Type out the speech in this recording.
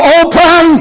open